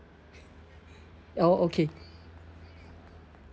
oh okay